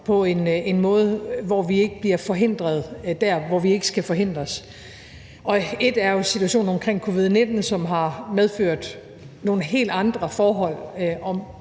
på en måde, hvor vi ikke bliver forhindret der, hvor vi ikke skal forhindres. Et er jo situationen omkring covid-19, som har medført nogle helt andre forhold,